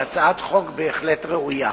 היא הצעת חוק בהחלט ראויה.